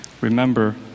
remember